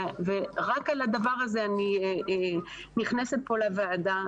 רק על הדבר הזה אני נכנסת פה לוועדה.